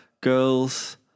girls